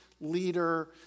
leader